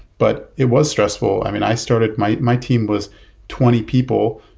but it was stressful. i mean, i started, my my team was twenty people.